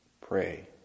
Pray